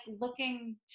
looking